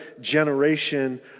generation